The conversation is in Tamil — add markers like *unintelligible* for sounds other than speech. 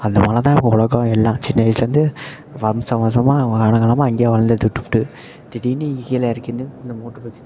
அந்த மலை தான் இப்போ உலகம் எல்லாம் சின்ன வயசுலேருந்து வம்சம் வம்சமாக அவங்க காலம் காலமாக அங்கே வாழ்ந்துட்டு இருந்துவிட்டு திடீரெனு இங்கே கீழே இறக்கி வந்து இந்த *unintelligible*